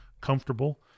comfortable